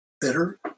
better